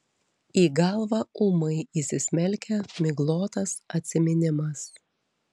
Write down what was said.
į galvą ūmai įsismelkia miglotas atsiminimas